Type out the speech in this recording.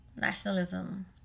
nationalism